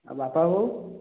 ଆଉ ବାପା ବୋଉ